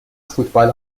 فوتبال